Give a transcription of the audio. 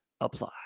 apply